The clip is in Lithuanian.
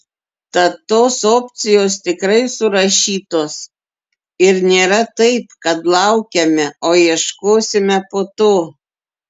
tad tos opcijos tikrai surašytos ir nėra taip kad laukiame o ieškosime po to